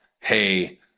hey